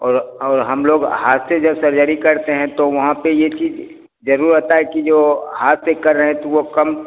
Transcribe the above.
और और हमलोग हाथ से जब सर्ज़री करते हैं तो वहाँ पर यह चीज़ ज़रूर रहती है कि जो हाथ से कर रहे हैं तो वह कम